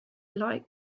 light